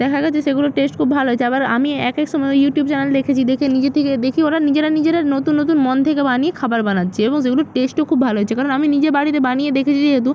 দেখা গিয়েছে সেগুলোর টেস্ট খুব ভালো হয়েছে আবার আমি এক এক সময় ওই ইউটিউব চ্যানেল দেখেছি দেখে নিজে থেকে দেখি ওরা নিজেরা নিজেরা নতুন নতুন মন থেকে বানিয়ে খাবার বানাচ্ছে এবং সেগুলির টেস্টও খুব ভালো হয়েছে কারণ আমি নিজে বাড়িতে বানিয়ে দেখেছি যেহেতু